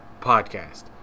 Podcast